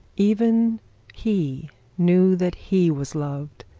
even he knew that he was loved.